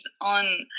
on